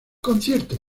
concierto